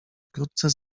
wkrótce